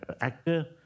actor